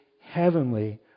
heavenly